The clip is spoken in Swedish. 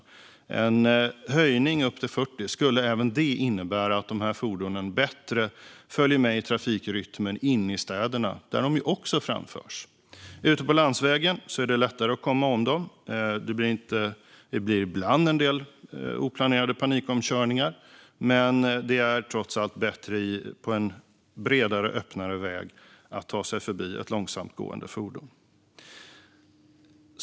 Även en höjning upp till 40 skulle innebära att de här fordonen bättre kan följa med i trafikrytmen inne i städerna, där de också framförs. Ute på landsvägen är det lättare att komma om dem. Det blir ibland en del oplanerade panikomkörningar, men det går trots allt lättare att på en bredare, öppnare väg ta sig förbi ett långsamtgående fordon.